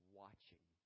watching